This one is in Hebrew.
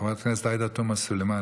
חברת הכנסת עאידה תומא סלימאן,